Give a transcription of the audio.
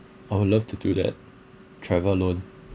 I would love to do that travel alone